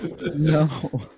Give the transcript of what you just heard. No